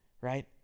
right